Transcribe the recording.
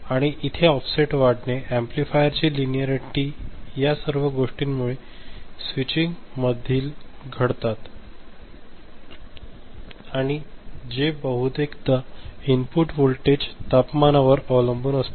आणि इथे ऑफसेट वाढणे एम्पलीफायरची लिनिअरिटी यासर्व गोष्टींमुळे स्वीटचिंग मधील घडतात आणि जे बहुतेकदा इनपुट व्होल्टेज तपमानावर अवलंबून असते